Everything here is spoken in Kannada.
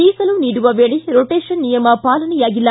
ಮೀಸಲು ನೀಡುವ ವೇಳೆ ರೊಟೇಷನ್ ನಿಯಮ ಪಾಲನೆಯಾಗಿಲ್ಲ